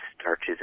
starches